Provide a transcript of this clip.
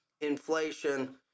inflation